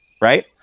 right